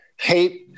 hate